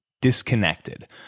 disconnected